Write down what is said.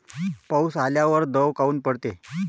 पाऊस आल्यावर दव काऊन पडते?